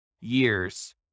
years